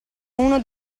uno